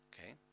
Okay